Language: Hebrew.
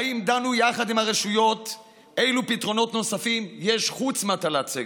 האם דנו יחד עם הרשויות אילו פתרונות נוספים יש חוץ מהטלת סגר?